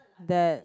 that